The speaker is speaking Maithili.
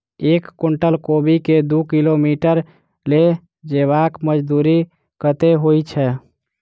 एक कुनटल कोबी केँ दु किलोमीटर लऽ जेबाक मजदूरी कत्ते होइ छै?